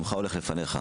שמך הולך לפניך.